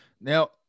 Now